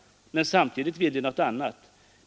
Men samtidigt vill de något annat.